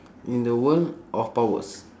in a world of powers